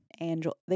Angel